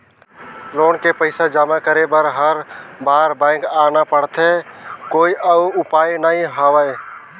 Loan के पईसा जमा करे बर हर बार बैंक आना पड़थे कोई अउ उपाय नइ हवय?